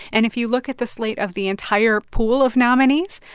and if you look at the slate of the entire pool of nominees,